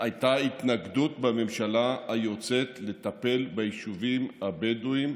הייתה התנגדות בממשלה היוצאת לטפל ביישובים הבדואיים.